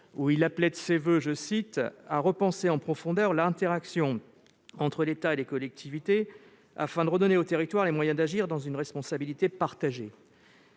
il appelait de ses voeux à « repenser en profondeur l'interaction entre l'État et les collectivités » afin de redonner « aux territoires les moyens d'agir dans une responsabilité partagée ».